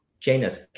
Janus